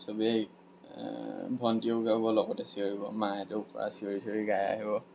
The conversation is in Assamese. সবেই ভণ্টিয়েও গাব লগতে চিঞৰিব মায়েতো পূৰা চিঞৰি চিঞৰি গাই আহিব